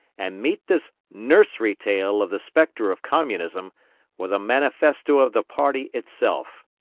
and meet this nursery tale of the spectre of communism with a manifesto of the party itself.